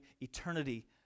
eternity